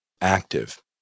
active